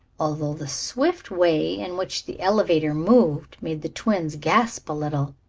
although the swift way in which the elevator moved made the twins gasp a little.